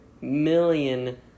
million